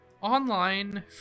Online